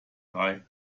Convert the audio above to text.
drei